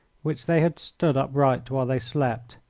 which they had stood upright while they slept.